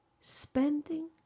spending